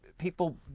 people